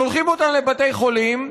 שולחים אותם לבתי חולים,